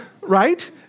right